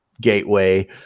gateway